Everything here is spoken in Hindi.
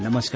नमस्कार